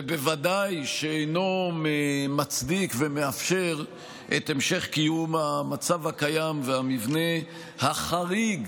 ובוודאי שאינו מצדיק ומאפשר את המשך קיום המצב הקיים והמבנה החריג